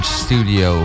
studio